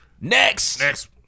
Next